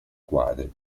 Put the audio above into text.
quadri